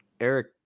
Eric